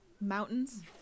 Mountains